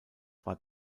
war